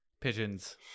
Pigeons